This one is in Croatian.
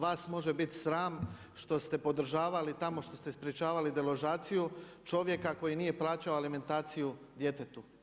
Vas može bit sram što ste podržavali tamo što ste sprječavali deložaciju čovjeka koji nije plaćao alimentaciju djetetu.